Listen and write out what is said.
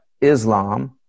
Islam